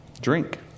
Drink